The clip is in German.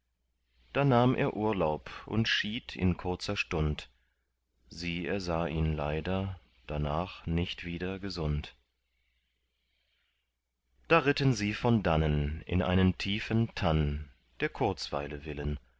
da nahm er urlaub und schied in kurzer stund sie ersah ihn leider danach nicht wieder gesund da ritten sie von dannen in einen tiefen tann der kurzweile willen